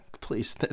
Please